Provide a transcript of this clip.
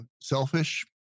selfish